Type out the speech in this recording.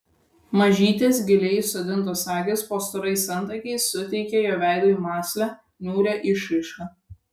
mažytės giliai įsodintos akys po storais antakiais suteikė jo veidui mąslią niūrią išraišką